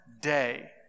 day